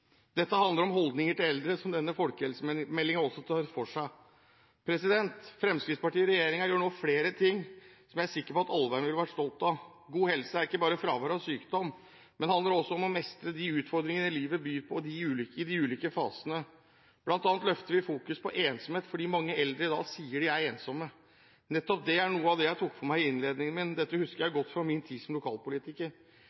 Dette handler om holdninger til eldre, som denne folkehelsemeldingen også tar for seg. Fremskrittspartiet i regjeringen gjør nå flere ting som jeg er sikker på at Alvheim ville ha vært stolt av. God helse er ikke bare fravær av sykdom, men handler også om å mestre de utfordringene livet byr på i de ulike fasene. Blant annet løfter vi fokus på ensomhet, fordi mange eldre i dag sier de er ensomme. Nettopp det er noe av det jeg tok for meg i innledningen min. Dette husker jeg godt fra min tid som lokalpolitiker.